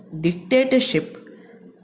dictatorship